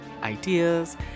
ideas